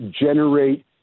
generate